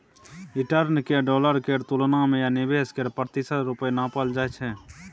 return केँ dollar केर तुलना मे या निबेश केर प्रतिशत रुपे नापल जाइ छै